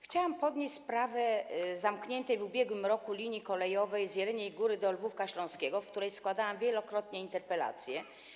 Chciałam podnieść sprawę zamkniętej w ubiegłym roku linii kolejowej z Jeleniej Góry do Lwówka Śląskiego, w której składałam wielokrotnie interpelacje.